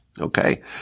Okay